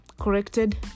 corrected